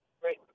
Great